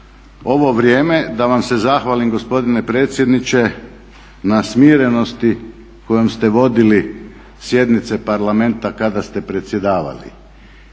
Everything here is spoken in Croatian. ovo vrijeme da vam se zahvalim gospodine predsjedniče na smirenosti kojom ste vodili sjednice Parlamenta kada ste predsjedavali.